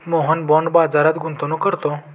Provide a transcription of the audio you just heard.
Mohan bond बाजारात गुंतवणूक करतो